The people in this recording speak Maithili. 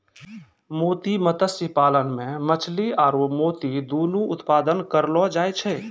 मोती मत्स्य पालन मे मछली आरु मोती दुनु उत्पादन करलो जाय छै